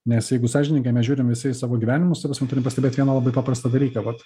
nes jeigu sąžiningai mes žiūrim visi į savo gyvenimus ta prasme turim pastebėt vieną labai paprastą dalyką vat